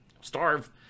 starve